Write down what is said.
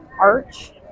arch